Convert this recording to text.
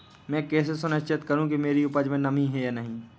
मैं कैसे सुनिश्चित करूँ कि मेरी उपज में नमी है या नहीं है?